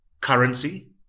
currency